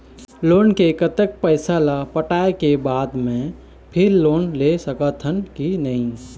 Loan के कतक पैसा ला पटाए के बाद मैं फिर लोन ले सकथन कि नहीं?